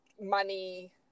money